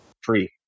free